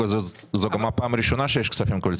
זאת פעם ראשונה שיש כספים קואליציוניים.